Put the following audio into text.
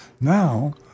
Now